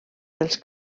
dels